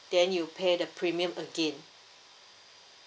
then you pay the premium again